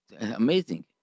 amazing